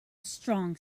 strong